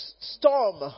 storm